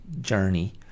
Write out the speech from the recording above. journey